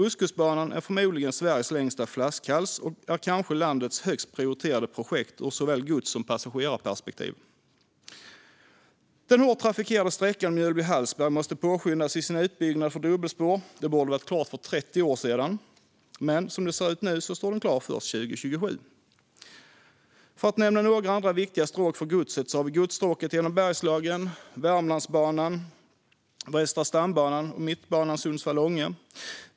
Ostkustbanan är förmodligen Sveriges längsta flaskhals och är kanske landets högst prioriterade projekt ur såväl gods som passagerarperspektiv. Utbyggnaden till dubbelspår av den hårt trafikerade sträckan Mjölby-Hallsberg måste påskyndas. Det borde ha varit klart för 30 år sedan, men som det ser ut nu står det klart först 2027. För att nämna några andra viktiga stråk för godset har vi godsstråket genom Bergslagen, Värmlandsbanan, Västra stambanan och Mittbanan Sundsvall-Ånge.